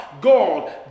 God